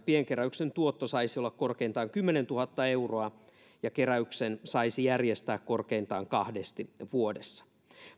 pienkeräyksen tuotto saisi olla korkeintaan kymmenentuhatta euroa ja keräyksen saisi järjestää korkeintaan kahdesti vuodessa